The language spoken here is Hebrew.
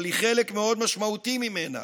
אבל היא חלק מאוד משמעותי ממנה.